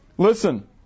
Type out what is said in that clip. Listen